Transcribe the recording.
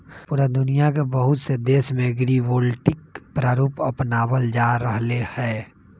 पूरा दुनिया के बहुत से देश में एग्रिवोल्टिक प्रारूप अपनावल जा रहले है